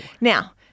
Now –